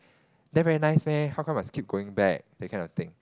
there very nice meh how come must keep going back that kind of thing